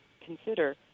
consider